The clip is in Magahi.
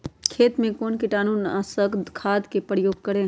खेत में कौन से कीटाणु नाशक खाद का प्रयोग करें?